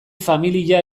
familia